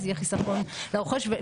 זה יהיה חיסכון לרוכש.